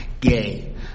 gay